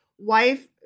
Wife